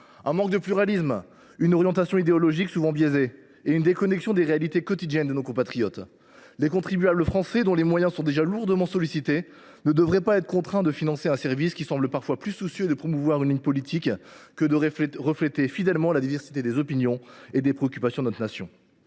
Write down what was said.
un manque de pluralisme, une orientation idéologique souvent biaisée et une déconnexion par rapport aux réalités quotidiennes de nos compatriotes. Les contribuables français, dont les moyens sont déjà lourdement sollicités, ne devraient pas être contraints de financer un service qui semble parfois plus soucieux de promouvoir une ligne politique que de refléter fidèlement la diversité des opinions et des préoccupations de notre nation.